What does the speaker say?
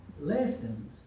lessons